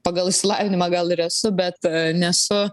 pagal išsilavinimą gal ir esu bet nesu